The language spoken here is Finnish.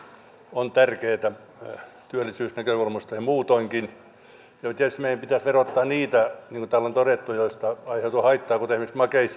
on tärkeätä työllisyysnäkökulmasta ja muutoinkin tietysti meidän pitäisi verottaa niitä niin kuin täällä on todettu joista aiheutuu haittaa kuten esimerkiksi makeis